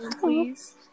please